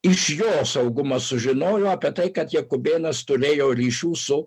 iš jo saugumas sužinojo apie tai kad jakubėnas turėjo ryšių su